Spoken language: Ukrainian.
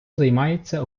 займається